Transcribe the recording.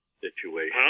situation